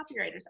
copywriters